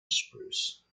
spruce